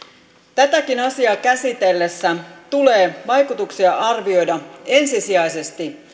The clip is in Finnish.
tätäkin asiaa käsitellessä tulee vaikutuksia arvioida ensisijaisesti